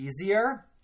easier